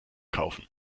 kaufen